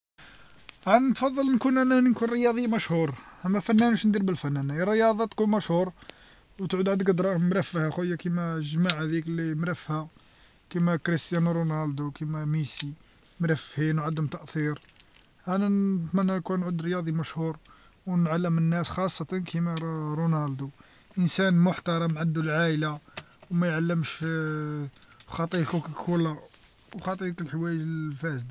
آ نفضل نكون أنا نكون رياضي مشهور أما فنان واش ندير بالفن أنا الرياضه تكون مشهور وتعود عندك دراهم مرفه يا خويا كيما الجماعة ذيك لي مرفهة كيما كريستيانو رونالدو كيما ميسي مرفهين وعندهم تأثير هاأنا نتمنى نكون عود رياضي مشهور ونعلم الناس خاصة كيما ر-رونالدو إنسان محترم عندو العايله ومايعلمش خاطيه كوكاكولا وخاطيه ذوك الحوايج الفاسده.